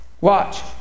Watch